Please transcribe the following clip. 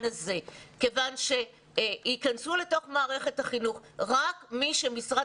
הזה כיוון שיכנסו לתוך מערכת החינוך רק מי שמשרד